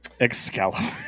Excalibur